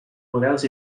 models